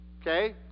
Okay